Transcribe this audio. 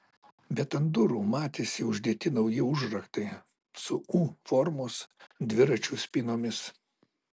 bet ant durų matėsi uždėti nauji užraktai su u formos dviračių spynomis